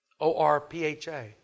O-R-P-H-A